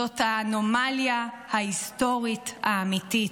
זאת האנומליה ההיסטורית האמיתית.